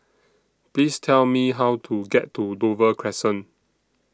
Please Tell Me How to get to Dover Crescent